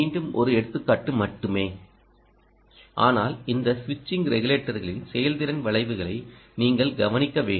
மீண்டும் இது ஒரு எடுத்துக்காட்டு மட்டுமே ஆனால் இந்த சுவிட்சிங் ரெகுலேட்டர்களின் செயல்திறன் வளைவுகளை நீங்கள் கவனிக்க வேண்டும்